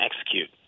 execute